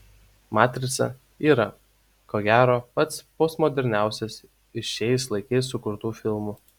matrica yra ko gero pats postmoderniausias iš šiais laikais sukurtų filmų